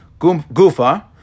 Gufa